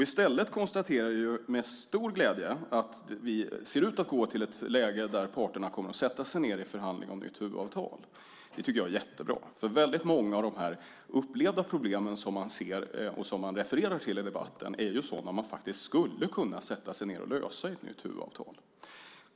I stället konstaterar jag med stor glädje att vi ser ut att gå till ett läge där parterna kommer att sätta sig ned i förhandlingar om ett nytt huvudavtal. Det tycker jag är jättebra. Väldigt många av de upplevda problem som man ser och som man refererar till i debatten är ju sådana som man faktiskt skulle kunna sätta sig ned och lösa i ett nytt huvudavtal.